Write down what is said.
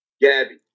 Gabby